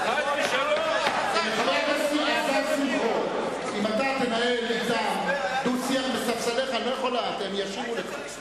אם אתה תנהל נגדם דו-שיח מספסליך, הם ישיבו לך.